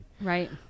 Right